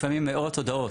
לפעמים מאות הודעות.